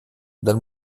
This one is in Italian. dal